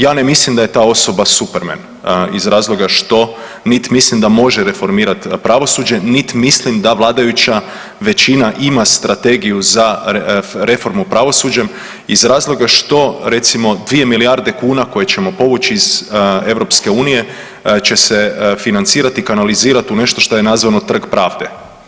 Ja ne mislim da je ta osoba Superman iz razloga što nit mislim da može reformirat pravosuđe, nit mislim da vladajuća većina ima strategiju za reformu pravosuđa iz razloga što recimo 2 milijarde kuna koje ćemo povuć iz EU će se financirat i kanalizirat u nešto što je nazvano trg pravde.